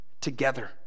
together